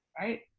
Right